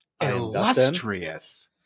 Illustrious